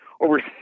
over